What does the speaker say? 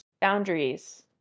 Boundaries